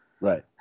Right